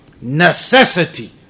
necessity